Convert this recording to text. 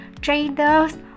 traders